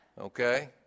Okay